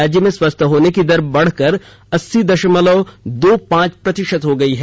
राज्य में स्वस्थ होने की दर बढ़कर अस्सी दशमलव दो पांच प्रतिशत हो गई है